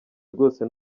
rwose